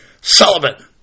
Sullivan